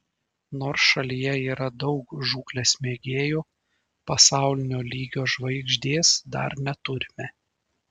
nors šalyje yra daug žūklės mėgėjų pasaulinio lygio žvaigždės dar neturime